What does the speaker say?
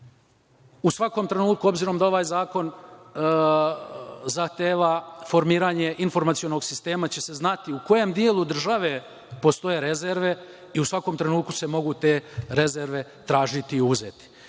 U svakom trenutku, obzirom da ovaj zakon zahteva formiranje informacionog sistema, će se znati u kojem delu države postoje rezerve i u svakom trenutku se mogu te rezerve tražiti i uzeti,